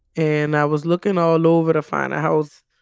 and i was looking all over to find a house.